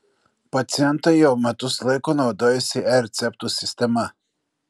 pacientai jau metus laiko naudojasi e receptų sistema